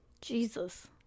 Jesus